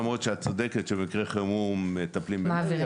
למרות שאת צודקת שבמקרה חירום מטפלים במר"י,